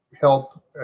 help